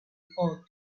earth